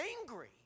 angry